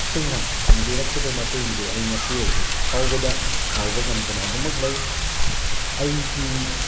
ꯁꯤꯡꯅ ꯄꯥꯡꯕꯤꯔꯛꯈꯤꯕ ꯃꯇꯦꯡꯗꯨ ꯑꯩ ꯉꯁꯤ ꯐꯥꯎꯕꯗ ꯀꯥꯎꯕ ꯉꯝꯗꯅ ꯑꯗꯨꯝꯃꯛ ꯂꯩ ꯑꯩꯒꯤ